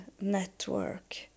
network